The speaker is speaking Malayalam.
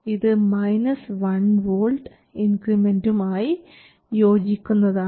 ഇത് മൈനസ് വൺ വോൾട്ട് ഇൻക്രിമെന്റും ആയി യോജിക്കുന്നതാണ്